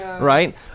right